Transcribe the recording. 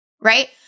right